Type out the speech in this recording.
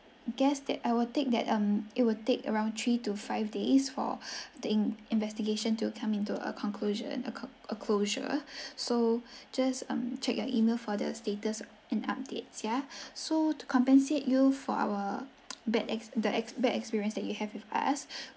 guess that I will take that um it will take around three to five days for the in~ investigation to come into a conclusion a cl~ closure so just um check your email for the status and updates ya so to compensate you for our bad ex~ the ex~ bad experience that you have with us